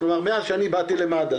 מאז שאני באתי למד"א,